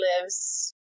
lives